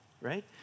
Right